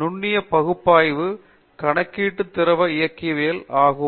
நுண்ணிய பகுப்பாய்வு கணக்கீட்டு திரவ இயக்கவியல் ஆகும்